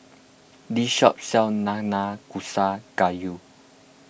this shop sells Nanakusa Gayu